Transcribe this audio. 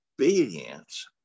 obedience